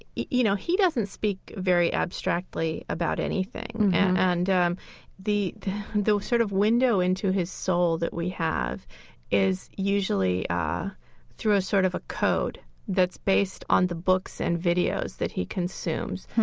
you know, he doesn't speak very abstractly about anything. and um the sort of window into his soul that we have is usually through a sort of a code that's based on the books and videos that he consumes.